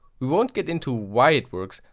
we won't get into why it works,